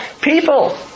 people